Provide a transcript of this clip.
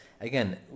again